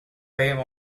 time